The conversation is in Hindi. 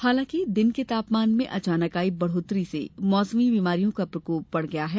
हालांकि दिन के तापमान में अचानक आई बढ़ोत्तरी से मौसमी बीमारियों का प्रकोप बढ़ गया है